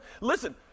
listen